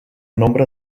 nombre